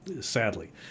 sadly